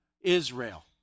Israel